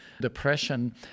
depression